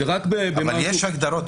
זה רק במקרים --- אבל יש לכם היעדר בור,